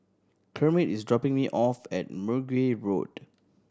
Kermit is dropping me off at Mergui Road